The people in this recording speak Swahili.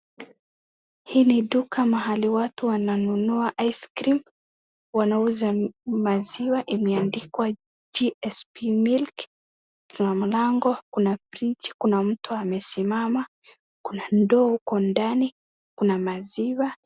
Hii ni duka mahali watu wananunua ice cream , wanauza maziwa imeandikwa GSP Milk. Kuna mlango, kuna fridge , kuna mtu amesimama, kuna ndoo huko ndani, kuna maziwa.